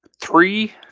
three